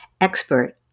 expert